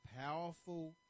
powerful